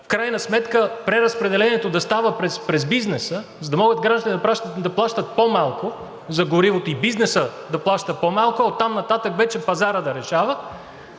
в крайна сметка преразпределението да става през бизнеса, за да могат гражданите да плащат по-малко за горивото, бизнесът да плаща по-малко, а оттам нататък вече пазарът да решава,